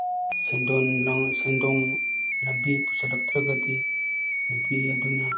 ꯁꯦꯟꯗꯣꯡ ꯂꯝꯕꯤ ꯄꯨꯁꯤꯜꯂꯛꯇ꯭ꯔꯒꯗꯤ ꯅꯨꯄꯤ ꯑꯗꯨꯅ